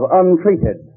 untreated